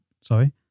sorry